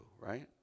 right